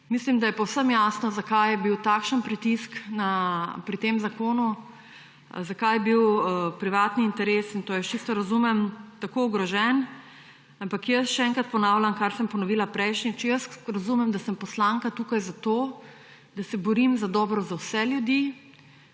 mislim, da je povsem jasno, zakaj je bil takšen pritisk pri tem zakonu, zakaj je bil privatni interes, in to jaz čisto razumem, tako ogrožen. Ampak še enkrat ponavljam, kar sem ponovila prejšnjič, jaz razumem, da sem poslanka tukaj zato, da se borim za dobro za vse ljudi,